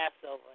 Passover